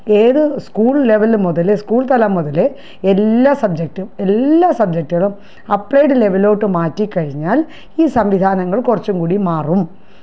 ഏത് school level മുതല് school തലം മുതല് എല്ലാ സബ്ജക്ടും എല്ലാ സബ്ജക്ടുകളും അപ്ലൈഡ് ലെവലിലോട്ട് മാറ്റിക്കഴിഞ്ഞാൽ ഈ സംവിധാനങ്ങൾ കുറച്ചും കൂടി മാറും